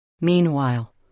Meanwhile